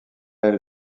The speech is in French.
elle